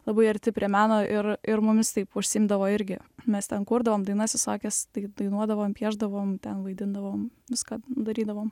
labai arti prie meno ir ir mumis taip užsiimdavo irgi mes ten kurdavom dainas visokias tai dainuodavom piešdavom ten vaidindavom viską darydavom